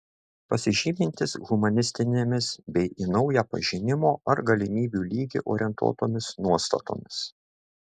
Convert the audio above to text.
pasižymintis humanistinėmis bei į naują pažinimo ar galimybių lygį orientuotomis nuostatomis